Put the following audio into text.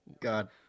God